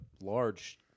large